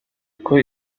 uko